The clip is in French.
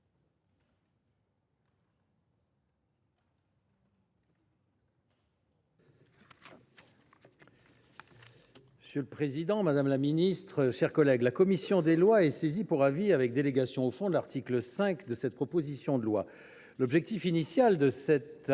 Monsieur le président, madame la ministre, mes chers collègues, la commission des lois est saisie pour avis avec délégation au fond de l’article 5 de cette proposition de loi. L’objectif initial de cet article